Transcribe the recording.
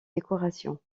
décorations